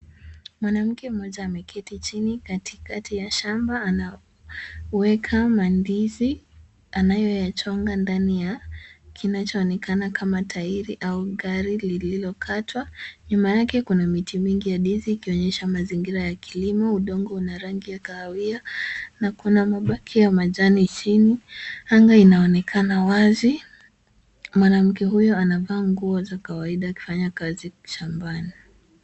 Mwanamke mmoja ameketi chini katikati ya shamba, anaweka mandizi anayoyachonga ndani ya kinachoonekana kama tairi au gari lililokatwa, nyuma yake kuna miti mingi ya ndizi ikionyesha mazingira ya kilimo, udongo una rangi ya kahawia. Kuna mabaki ya majani chini, anga inaonekana wazi. Mwanamke huyu amevaa nguo za kawaida na anafanya kazi shambani.